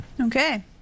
Okay